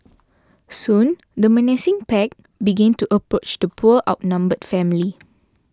soon the menacing pack begin to approach the poor outnumbered family